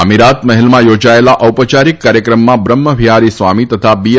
આમીરાત મહેલમાં ચોજાયેલા ઔપયારીક કાર્યક્રમમાં બ્રહ્મવિહારી સ્વામી તથા બીશેટ